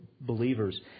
believers